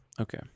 Okay